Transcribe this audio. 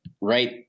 right